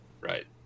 Right